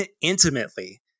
intimately